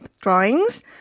drawings